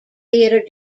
theater